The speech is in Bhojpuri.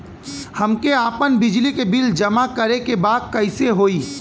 हमके आपन बिजली के बिल जमा करे के बा कैसे होई?